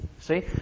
See